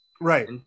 Right